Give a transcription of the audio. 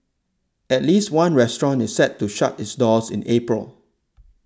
at least one restaurant is set to shut its doors in April